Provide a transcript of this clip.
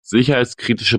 sicherheitskritische